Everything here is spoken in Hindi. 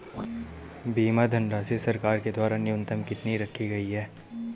बीमा धनराशि सरकार के द्वारा न्यूनतम कितनी रखी गई है?